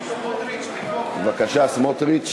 בבקשה, סמוטריץ.